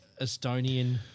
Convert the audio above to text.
Estonian